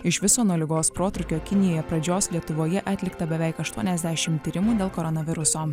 iš viso nuo ligos protrūkio kinijoje pradžios lietuvoje atlikta beveik aštuoniasdešimt tyrimų dėl koronaviruso